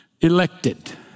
elected